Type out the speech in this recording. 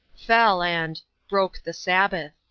fell, and broke the sabbath.